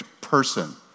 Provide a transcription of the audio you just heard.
person